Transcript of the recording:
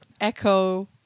Echo